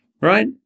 right